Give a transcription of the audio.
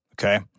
Okay